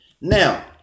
Now